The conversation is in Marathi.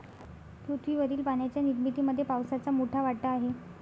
पृथ्वीवरील पाण्याच्या निर्मितीमध्ये पावसाचा मोठा वाटा आहे